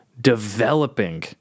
Developing